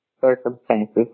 circumstances